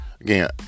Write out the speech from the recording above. Again